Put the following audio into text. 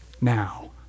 now